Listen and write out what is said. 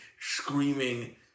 screaming